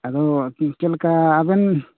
ᱟᱫᱚ ᱮᱱᱛᱮ ᱪᱮᱫ ᱞᱮᱠᱟ ᱟᱵᱮᱱ